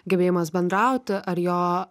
gebėjimas bendrauti ar jo